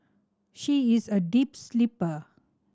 she is a deep sleeper